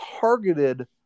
targeted